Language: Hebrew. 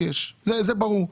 זה ברור.